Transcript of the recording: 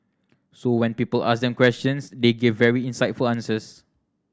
so when people asked them questions they gave very insightful answers